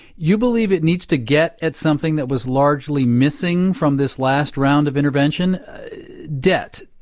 you believe it needs to get at something that was largely missing from this last round of intervention debt.